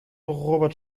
robert